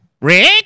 Rick